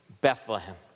Bethlehem